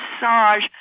massage